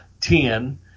ten